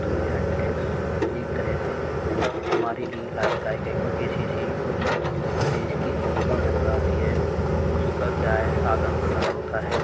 तो यह टैक्स एक तरह से हमारे लिए लाभदायक है क्योंकि इसी से ही पूरे देश की जो भी धनराशि है उसका क्या है आदान प्रदान होता है